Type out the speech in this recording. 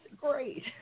great